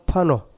Pano